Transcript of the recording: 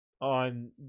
on